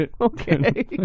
Okay